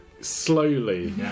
slowly